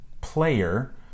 player